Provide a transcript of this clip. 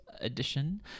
edition